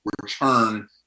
return